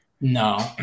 No